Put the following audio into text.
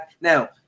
Now